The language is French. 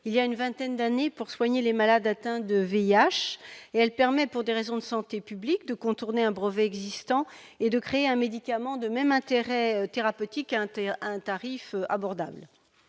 il y a une vingtaine d'années pour soigner les malades atteints du VIH. Elle permet, pour des raisons de santé publique, de contourner un brevet existant et de créer un médicament de même intérêt thérapeutique à un tarif abordable.